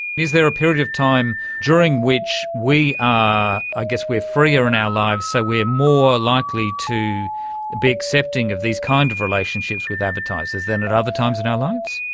is there a period of time during which we are, i guess we are freer in our lives, so we are more likely to be accepting of these kind of relationships with advertisers than at other times in our lives?